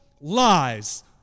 lies